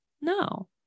No